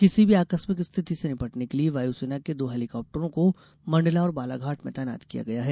किसी भी आकस्मिक स्थिति से निपटने के लिये वायुसेना के दो हेलिकाप्टरों को मंडला और बालाघाट में तैनात किया गया है